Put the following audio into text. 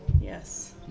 Yes